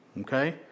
Okay